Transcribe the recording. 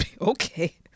okay